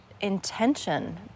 intention